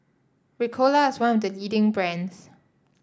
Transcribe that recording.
Ricola is one of the leading brands